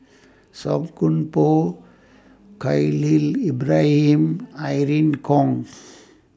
Song Koon Poh Khalil Ibrahim Irene Khong